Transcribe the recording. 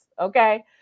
okay